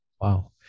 Wow